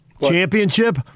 Championship